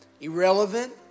irrelevant